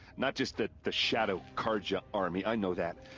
not just the. the shadow carja army, i know that.